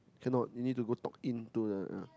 cannot you need to go talk in to the